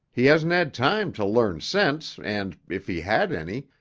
he hasn't had time to learn sense and, if he had any,